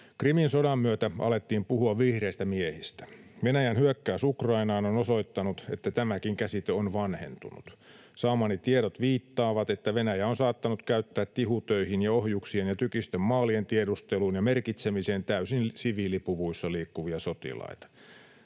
Krimin sodan myötä alettiin puhua vihreistä miehistä. Venäjän hyökkäys Ukrainaan on osoittanut, että tämäkin käsite on vanhentunut. Saamani tiedot viittaavat, että Venäjä on saattanut käyttää tihutöihin ja ohjuksiin ja tykistön maalien tiedusteluun ja merkitsemiseen täysin siviilipuvuissa liikkuvia sotilaita.